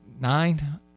Nine